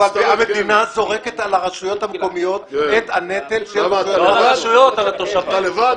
המדינה זורקת על הרשויות המקומיות את הנטל --- למה אתה לבד.